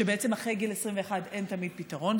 שבעצם אחרי גיל 21 אין תמיד פתרון.